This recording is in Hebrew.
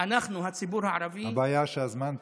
אנחנו, הציבור הערבי, הבעיה שהזמן תם.